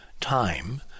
Time